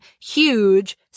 huge